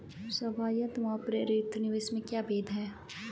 स्वायत्त व प्रेरित निवेश में क्या भेद है?